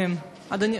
אדוני.